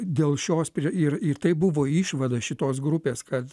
dėl šios ir ir tai buvo išvada šitos grupės kad